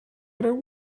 other